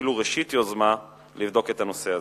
ואפילו ראשית יוזמה לבדוק את הנושא הזה.